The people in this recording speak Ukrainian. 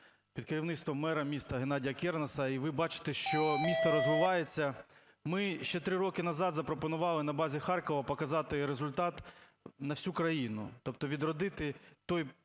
під керівництвом мера міста Геннадія Кернеса, і ви бачите, що місто розвивається. Ми ще 3 роки назад запропонували на базі Харкова показати результат на всю країну, тобто відродити той